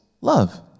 love